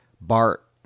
Bart